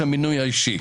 המינוי האישי.